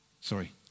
Sorry